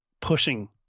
pushing